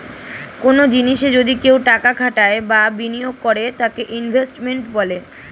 কনো জিনিসে যদি কেউ টাকা খাটায় বা বিনিয়োগ করে তাকে ইনভেস্টমেন্ট বলে